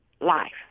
life